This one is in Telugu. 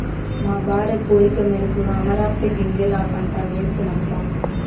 మా భార్య కోరికమేరకు అమరాంతీ గింజల పంట వేస్తినప్పా